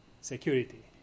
security